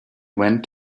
went